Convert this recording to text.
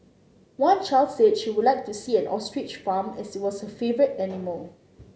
one child said she would like to see an ostrich farm as it was her favourite animal